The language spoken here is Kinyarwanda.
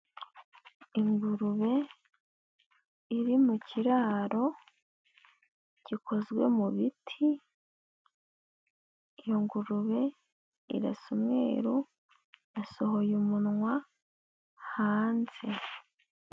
Ingurube iri mu kiraro gikozwe mu biti. Iyo ngurube irasa umweru, yasohoye umunwa hanze.